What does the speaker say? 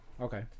okay